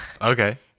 Okay